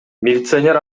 милиционер